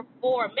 four